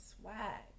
swag